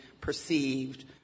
perceived